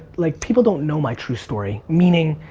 like people don't know my true story. meaning,